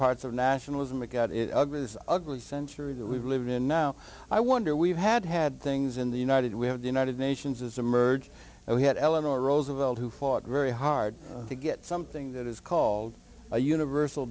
parts of nationalism that got it ugly this ugly century that we live in now i wonder we've had had things in the united we have the united nations as a merge and we had eleanor roosevelt who fought very hard to get something that is called a universal